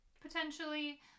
potentially